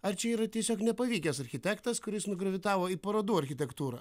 ar čia yra tiesiog nepavykęs architektas kuris nugravitavo į parodų architektūrą